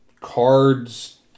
cards